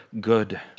good